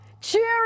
Cheer